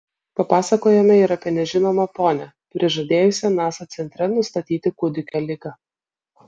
papasakojome ir apie nežinomą ponią prižadėjusią nasa centre nustatyti kūdikio ligą